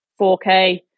4k